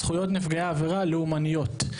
זכויות נפגעי עבירה לאומניות.